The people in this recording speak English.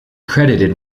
credited